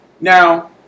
Now